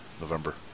November